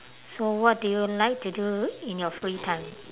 so what do you like to do in your free time